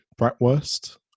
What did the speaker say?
bratwurst